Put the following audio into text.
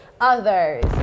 others